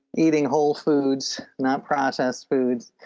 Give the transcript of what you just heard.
eating whole foods, not processed foods,